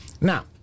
Now